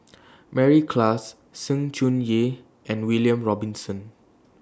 Mary Klass Sng Choon Yee and William Robinson